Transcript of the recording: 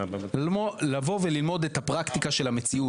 ללמוד את הפרקטיקה של המציאות,